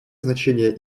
значение